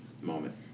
moment